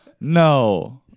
No